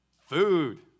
Food